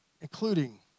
including